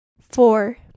Four